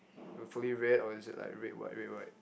fully red or is it like red white red white